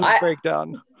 breakdown